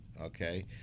Okay